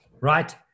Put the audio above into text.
right